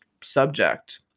subject